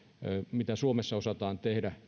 mitä suomessa osataan tehdä